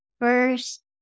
first